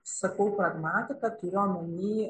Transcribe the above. sakau pragmatika turiu omeny